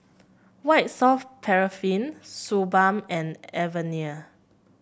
White Soft Paraffin Suu Balm and Avene